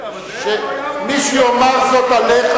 מי שיאמר זאת עליך